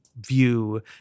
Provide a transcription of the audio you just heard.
view